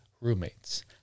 roommates